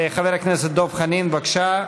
חבר הכנסת דב חנין, בבקשה.